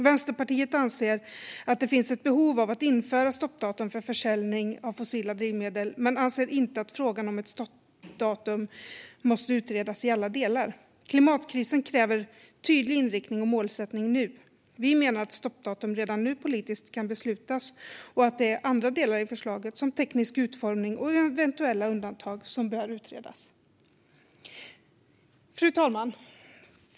Vänsterpartiet anser att det finns ett behov av att införa ett stoppdatum för försäljning av fossila drivmedel men anser inte att frågan om ett stoppdatum måste utredas i alla delar. Klimatkrisen kräver tydlig inriktning och målsättning nu. Vi menar att ett stoppdatum redan nu kan beslutas politiskt och att det är andra delar i förslaget, som teknisk utformning och eventuella undantag, som behöver utredas. Fru talman!